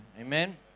amen